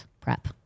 prep